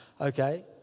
Okay